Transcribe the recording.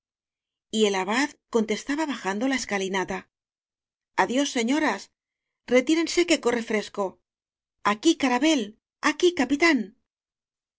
el abad contestaba bajando la escali nata adiós señoras retírense que corre fresco aquí carabel aquí